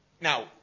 Now